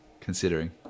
considering